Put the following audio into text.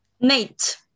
Nate